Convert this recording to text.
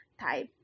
type